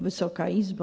Wysoka Izbo!